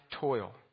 toil